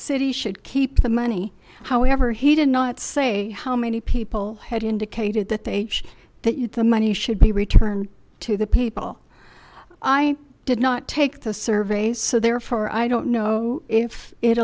city should keep the money however he did not say how many people had indicated that they that the money should be returned to the people i did not take the surveys so therefore i don't know if it